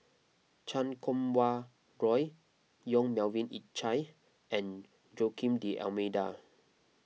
Chan Kum Wah Roy Yong Melvin Yik Chye and Joaquim D'Almeida